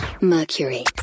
Mercury